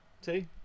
See